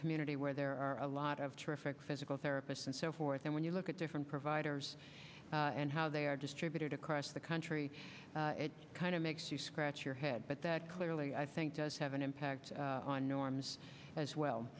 community where there are a lot of terrific physical therapists and so forth and when you look at different providers and how they are distributed across the country it kind of makes you scratch your head but that clearly i think does have an impact on norms as well